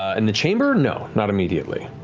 and the chamber, no. not immediately.